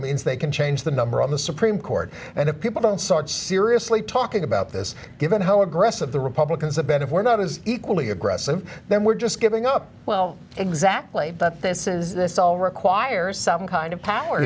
means they can change the number on the supreme court and if people don't start seriously talking about this given how aggressive the republicans have been of we're not as equally aggressive then we're just giving up well exactly that this is this all requires some kind of power